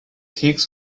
higgs